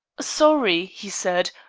sorry, he said,